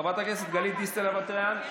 חברת הכנסת גלית דיסטל אטבריאן,